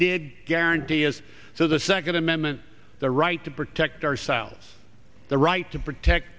did guarantee is so the second amendment the right to protect ourselves the right to protect